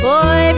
Boy